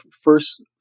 first